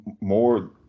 more